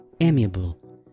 amiable